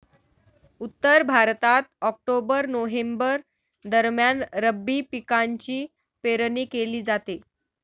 उत्तर भारतात October November दरम्यान रब्बी पिकांची पेरणी केली जाते